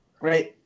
Right